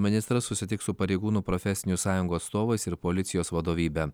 ministras susitiks su pareigūnų profesinių sąjungų atstovais ir policijos vadovybe